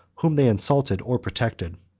whom they insulted or protected.